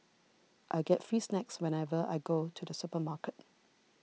I get free snacks whenever I go to the supermarket